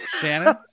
Shannon